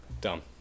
Dumb